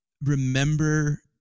remember